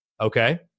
Okay